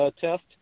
test